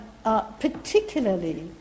Particularly